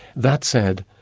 that said,